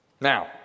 Now